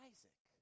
Isaac